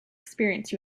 experience